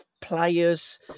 players